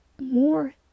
more